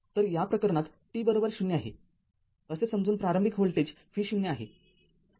तर या प्रकरणात t ० आहे असे समजून प्रारंभिक व्होल्टेज V0आहे